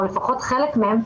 או לפחות חלק מהם,